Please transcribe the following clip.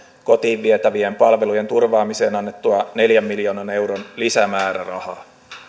kotiin vietävien palvelujen turvaamiseen annettua neljän miljoonan euron lisämäärärahaa